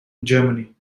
germany